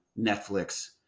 Netflix